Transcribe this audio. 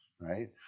right